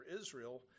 Israel